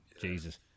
Jesus